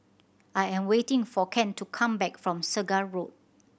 I am waiting for Kent to come back from Segar Road